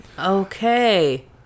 Okay